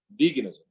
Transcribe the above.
veganism